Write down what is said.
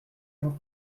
jean